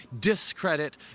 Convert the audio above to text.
discredit